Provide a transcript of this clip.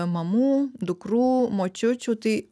mamų dukrų močiučių tai